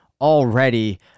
already